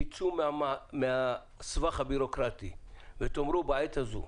תצאו מהסבך הבירוקרטי ותאמרו שבעת הזאת,